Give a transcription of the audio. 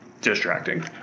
distracting